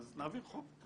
אז נעביר חוק.